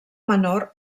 menor